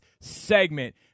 segment